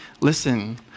listen